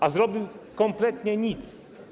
A zrobił kompletnie nic.